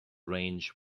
range